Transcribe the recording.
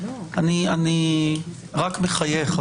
אני מקבל את ההצעה של אדוני,